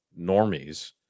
normies